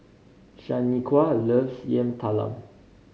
Shaniqua loves Yam Talam